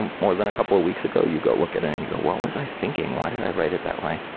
um more than a couple of weeks ago, you go look at it and you go, what was i thinking? why did i write it that way?